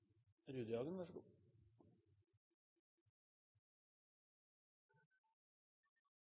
Hjemdal, vær så god.